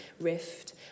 rift